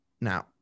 Now